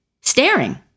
staring